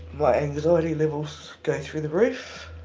my anxiety levels go through the roof.